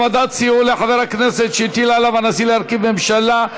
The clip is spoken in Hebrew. העמדת סיוע לחבר הכנסת שהטיל עליו הנשיא להרכיב ממשלה),